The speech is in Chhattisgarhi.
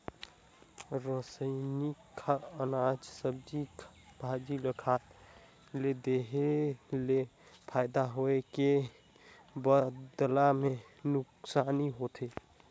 रसइनिक अनाज, सब्जी, भाजी ल खाद ले देहे ले फायदा होए के बदला मे नूकसानी होथे